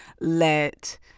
let